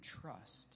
trust